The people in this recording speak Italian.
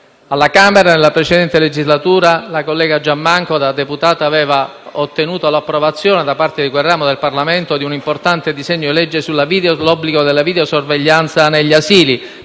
alla Camera nella precedente legislatura la collega Giammanco da deputata aveva ottenuto l'approvazione da parte di quel ramo del Parlamento di un importante disegno di legge sull'obbligo della videosorveglianza negli asili,